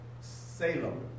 Salem